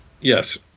Yes